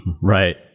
Right